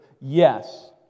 Yes